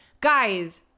Guys